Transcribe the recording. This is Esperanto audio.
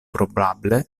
probable